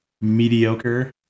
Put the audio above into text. mediocre